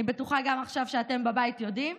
אני בטוחה גם עכשיו שאתם בבית יודעים.